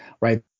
Right